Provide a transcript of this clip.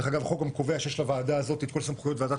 דרך אגב החוק גם קובע שיש לוועדה הזאת את כל סמכויות ועדת